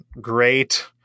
great